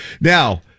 Now